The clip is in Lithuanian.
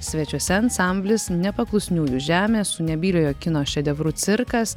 svečiuose ansamblis nepaklusniųjų žemė su nebyliojo kino šedevru cirkas